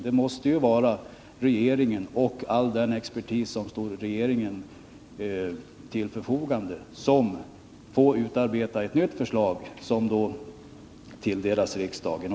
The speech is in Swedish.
Det måste vara regeringen och all den expertis som står regeringen till buds som skall utarbeta ett nytt förslag till riksdagen.